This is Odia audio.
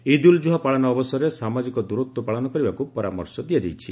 ଇଦ୍ ଉଲ ଜୁହା ପାଳନ ଅବସରରେ ସାମାଜିକ ଦୂରତ୍ୱ ପାଳନ କରିବାକୁ ପରାମର୍ଶ ଦିଆଯାଇଛି